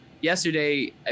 yesterday